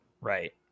Right